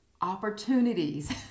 opportunities